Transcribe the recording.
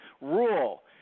Rule